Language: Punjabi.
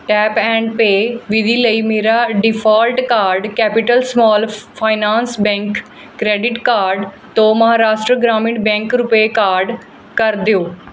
ਟੈਪ ਐਂਡ ਪੇ ਵਿਧੀ ਲਈ ਮੇਰਾ default card capital small finance bank credit card ਤੋਂ ਮਹਾਰਾਸ਼ਟਰ ਗ੍ਰਾਮੀਣ ਬੈਂਕ ਰੁਪਏ ਕਾਰਡ ਕਰ ਦਿਓ